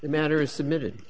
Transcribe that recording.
the matter is submitted